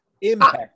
impact